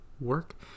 work